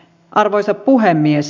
arvoisa puhemies